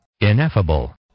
Ineffable